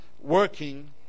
working